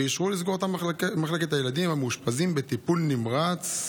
ואישרו לסגור את מחלקת הילדים המאושפזים בטיפול נמרץ.